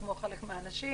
כמו חלק מהאנשים